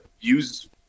use